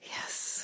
Yes